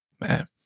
Man